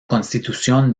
constitución